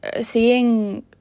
seeing